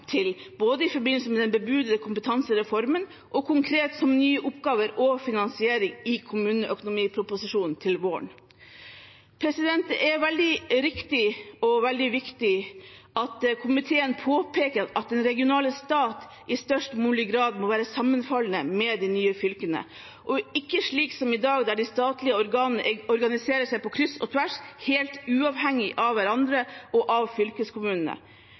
til både i forbindelse med den bebudede kompetansereformen og konkret som nye oppgaver og finansiering i kommuneproposisjonen til våren. Det er veldig riktig og viktig at komiteen påpeker at den regionale stat i størst mulig grad må være sammenfallende med de nye fylkene, ikke slik som i dag der de statlige organer organiserer seg på kryss og tvers helt uavhengige av hverandre og av fylkeskommunene.